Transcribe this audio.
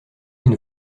une